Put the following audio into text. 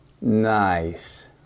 Nice